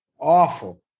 awful